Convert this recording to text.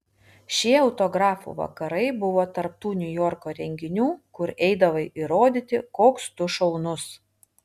šie autografų vakarai buvo tarp tų niujorko renginių kur eidavai įrodyti koks tu šaunus